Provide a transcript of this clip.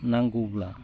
नांगौब्ला